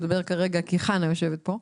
אני מדברת כרגע כי חנה יושבת פה,